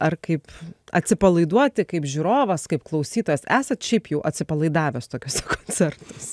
ar kaip atsipalaiduoti kaip žiūrovas kaip klausytojas esat šiaip jau atsipalaidavęs tokiuose koncertuose